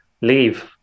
leave